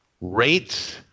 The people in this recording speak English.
rates